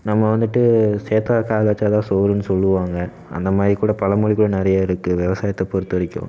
நம்ம வந்துட்டு சேற்றுல காலை வைச்சாதான் சோறுன்னு சொல்லுவாங்க அந்த மாதிரி கூட பழமொழி கூட நிறையா இருக்குது விவசாயத்தை பொறுத்த வரைக்கும்